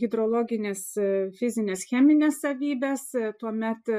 hidrologines fizines chemines savybes tuomet